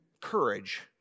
courage